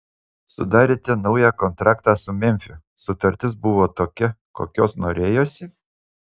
sudarėte naują kontraktą su memfiu sutartis buvo tokia kokios norėjosi